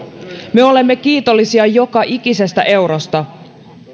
me olemme kiitollisia joka ikisestä eurosta